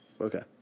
Okay